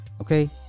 Okay